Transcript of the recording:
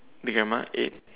big camera eight